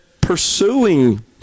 pursuing